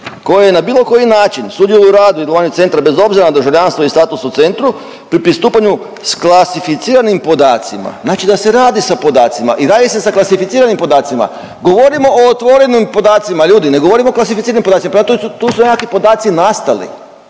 koje na bilo koji način sudjeluju i radu i … centra bez obzira na državljanstvo i status u centru pri pristupanju s klasificiranim podacima, znači da se radi sa podacima i radi se sa klasificiranim podacima, govorimo o otvorenim podacima ljudi, ne govorimo o klasificiranim podacima. Prema tome, tu su neki podaci nastali,